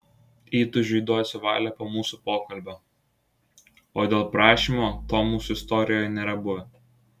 įtūžiui duosiu valią po mūsų pokalbio o dėl prašymo to mūsų istorijoje nėra buvę